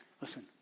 Listen